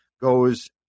goes